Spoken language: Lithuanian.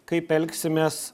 kaip elgsimės